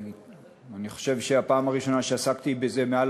אני חושב שהפעם הראשונה שעסקתי בזה מעל